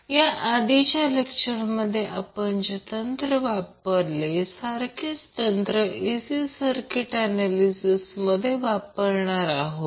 या आधीच्या लेक्चरमध्ये आपण जे तंत्र वापरले सारखेच तंत्र AC सर्किट ऍनॅलिसिसमध्ये वापरणार आहोत